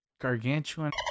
gargantuan